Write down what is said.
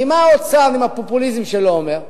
כי מה האוצר, עם הפופוליזם שלו, אומר?